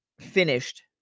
finished